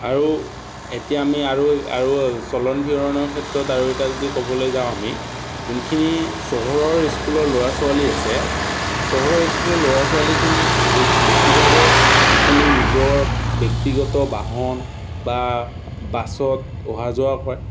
আৰু এতিয়া আমি আৰু আৰু চলন ফুৰণৰ ক্ষেত্ৰত আৰু এতিটা যদি ক'বলৈ যাওঁ আমি যোনখিনি চহৰৰ স্কুলৰ ল'ৰা ছোৱালী আছে চহৰৰ স্কুলৰ ল'ৰা ছোৱালীখিনি গোটেই বেছিভাগে যিকোনো নিজৰ ব্যক্তিগত বাহন বা বাছত অহা যোৱা কয়